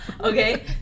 Okay